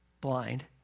blind